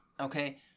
Okay